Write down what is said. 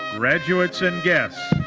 graduates and guests,